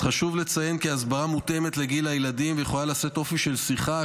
חשוב לציין כי הסברה המותאמת לגיל הילדים יכולה לשאת אופי של שיחה,